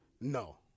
No